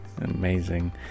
Amazing